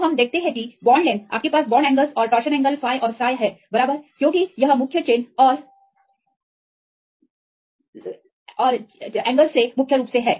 तो हम देखते हैं कि बॉन्ड लेंथआपके पास बॉन्ड एंगल्स और टोरशन एंगल phi और psi है बराबर क्योंकि यह मुख्य चेन और ची एंगल्स से मुख्य रूप से है